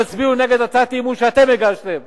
תצביעו נגד הצעת האי-אמון שאתם הגשתם.